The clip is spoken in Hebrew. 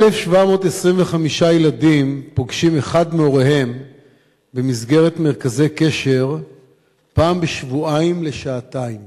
1,725 ילדים פוגשים אחד מהוריהם במסגרת מרכזי קשר פעם בשבועיים לשעתיים